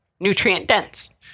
nutrient-dense